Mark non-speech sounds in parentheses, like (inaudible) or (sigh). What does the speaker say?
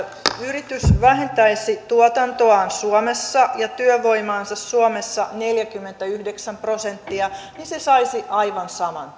yritys vähentäisi tuotantoaan suomessa ja työvoimaansa suomessa neljäkymmentäyhdeksän prosenttia niin se saisi aivan saman (unintelligible)